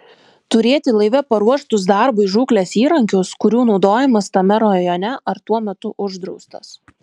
turėti laive paruoštus darbui žūklės įrankius kurių naudojimas tame rajone ar tuo metu uždraustas